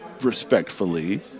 respectfully